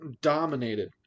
dominated